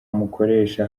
mukoresha